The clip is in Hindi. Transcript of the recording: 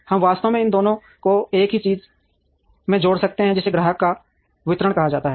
हम वास्तव में इन दोनों को एक ही चीज़ में जोड़ सकते हैं जिसे ग्राहक या वितरण कहा जाता है